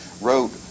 wrote